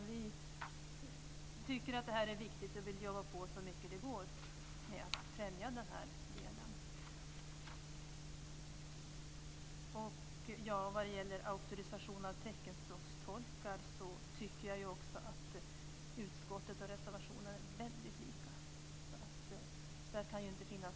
Vi tycker att detta är viktigt, och vi vill jobba på så mycket det går för att främja den här delen. När det gäller auktorisation av teckenspråkstolkar tycker jag också att utskottets mening och reservationen är väldigt lika.